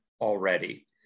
already